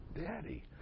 daddy